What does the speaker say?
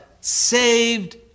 saved